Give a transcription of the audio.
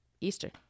Easter